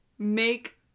make